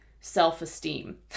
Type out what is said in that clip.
self-esteem